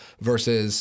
versus